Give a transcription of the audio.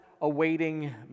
awaiting